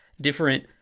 different